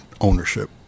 ownership